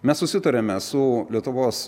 mes susitarėme su lietuvos